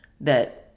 that-